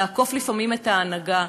לעקוף לפעמים את ההנהגה.